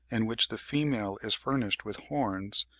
in which the female is furnished with horns,